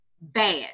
bad